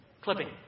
Clipping